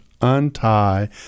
untie